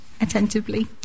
attentively